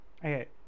okay